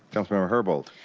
council member herbold.